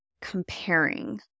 comparing